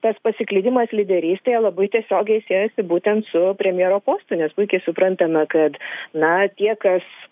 tas pasiklydimas lyderystėje labai tiesiogiai siejosi būtent su premjero postu nes puikiai suprantame kad na tie kas